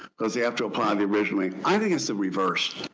because they have to apply the original meaning. i think it's the reverse.